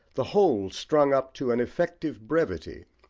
the whole strung up to an effective brevity,